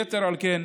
יתר על כן,